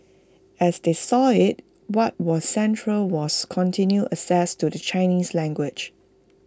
as they saw IT what was central was continued access to the Chinese language